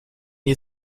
you